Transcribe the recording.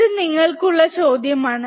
ഇത് നിങ്ങൾക് ഉള്ള ചോദ്യം ആണ്